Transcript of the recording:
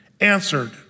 answered